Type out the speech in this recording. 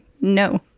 No